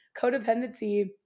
codependency